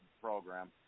program